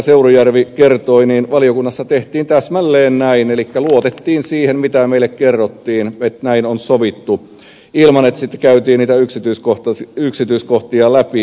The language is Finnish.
seurujärvi kertoi valiokunnassa tehtiin täsmälleen näin elikkä luotettiin siihen mitä meille kerrottiin että näin on sovittu ilman että käytiin yksityiskohtia läpi